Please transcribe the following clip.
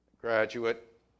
graduate